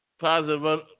positive